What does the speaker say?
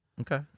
okay